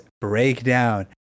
breakdown